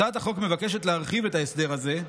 הצעת החוק מבקשת להרחיב את ההסדר הזה,